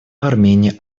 армения